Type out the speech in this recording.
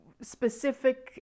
specific